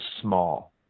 small